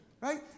Right